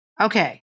Okay